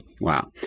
Wow